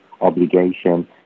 obligation